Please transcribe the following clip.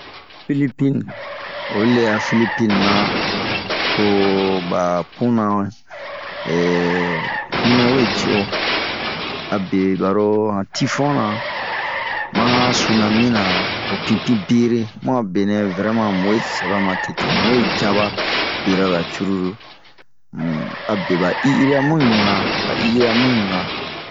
Filipine oyi le'a filipine na, to ba puna eeh hinɛ we yi'o. A be baro ba tinfonra maba sunami ra, ho pinpinbere mu a benɛ muwee sɛba matete. Muwee yaba berara cururu, abbe ba i'ira mu ɲuuna ba i'ira mu ɲu na.